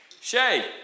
Shay